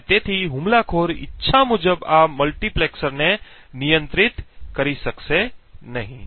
અને તેથી હુમલાખોર ઇચ્છા મુજબ આ મલ્ટીપ્લેક્સરને નિયંત્રિત કરી શકશે નહીં